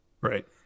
Right